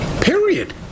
Period